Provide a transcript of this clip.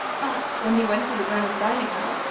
but, when he went to the grand dining-hall,